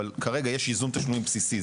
אבל, כרגע יש ייזום תשלומים בסיסי.